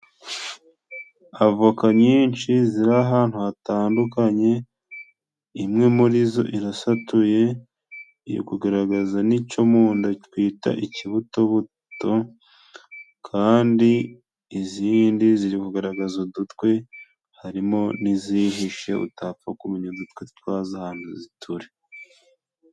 Avoka nyinshi ziri ahantu hatandukanye, imwe muri zo irasatuye, iri kugaragaza n'icyo munda twita ikibutobuto, kandi izindi ziri kugaragaza udutwe, harimo n'izihishe utapfa kumenya udutwe twazo ahantu turi.